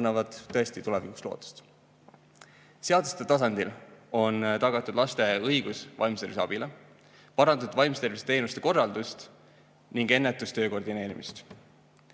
annavad tõesti tulevikuks lootust. Seaduste tasandil on tagatud laste õigus vaimse tervise abile, parandatud vaimse tervise teenuste korraldust ning ennetustöö koordineerimist.